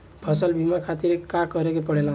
फसल बीमा खातिर का करे के पड़ेला?